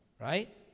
right